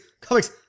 comics